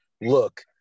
look